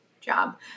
job